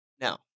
Now